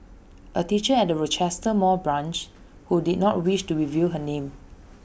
A teacher at the Rochester mall branch who did not wish to reveal her name